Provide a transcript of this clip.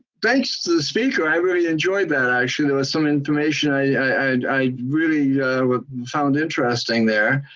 thanks to the speaker, i really enjoyed that actually, there was some information i and i really found interesting there,